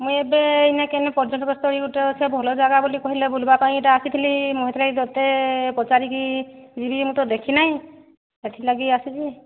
ମୁଇଁ ଏବେ ଇନେ କେନେ ପର୍ଯ୍ୟଟନ ସ୍ଥଳୀ ଗୋଟେ ଅଛେ ଭଲ ଜାଗା ବୋଲି କହିଲେ ବୁଲିବା ପାଇଁ ଇଟା ଆସିଥିଲି ମୁଇଁ ହେଥିର୍ଲାଗି ତୋତେ ପଚାରିକି ଯିବି ମୁଁ ତ ଦେଖିନାହିଁ ସେଥିଲାଗି ଆସିଛି